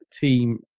team